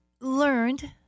learned